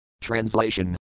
Translation